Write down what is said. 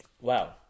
Wow